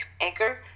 anchor